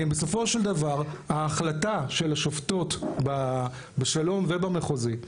בסופו של דבר, ההחלטה של השופטות בשלום ובמחוזי,